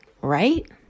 right